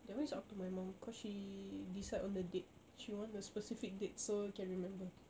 that [one] is up to my mum cause she decide on the date she want a specific date so can remember